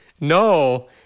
No